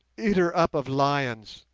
eater up of lions,